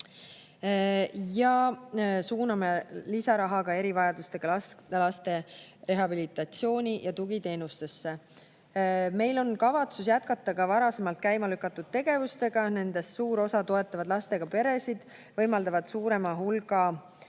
Suuname lisaraha ka erivajadustega laste rehabilitatsiooni- ja tugiteenustesse. Meil on kavatsus jätkata varasemalt käima lükatud tegevusi. Nendest suur osa toetab lastega peresid, võimaldab suurema hulga inimeste